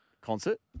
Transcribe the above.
concert